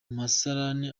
musarani